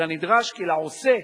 אלא נדרש כי לעושה